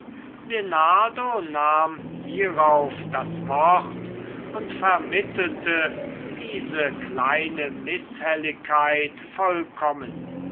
nahm hierauf das wort und vermittelte diese kleine mißhelligkeit vollkommen